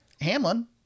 Hamlin